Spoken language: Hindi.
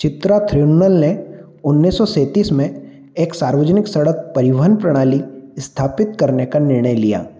चित्रा थिरुन्नल ने उन्नीस सौ सैंतीस में एक सार्वजनिक सड़क परिवहन प्रणाली स्थापित करने का निर्णय लिया